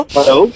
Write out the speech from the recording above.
Hello